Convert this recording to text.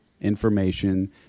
information